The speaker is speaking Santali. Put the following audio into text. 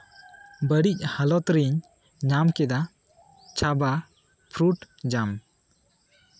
ᱵᱟᱹᱲᱤᱡ ᱦᱟᱞᱚᱛ ᱨᱤᱧ ᱧᱟᱢ ᱠᱮᱫᱟ ᱪᱟᱵᱟ ᱯᱷᱩᱨᱩᱴ ᱡᱟᱢ